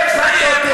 לא הצחקת אותי.